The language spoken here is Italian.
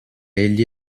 egli